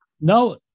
no